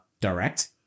direct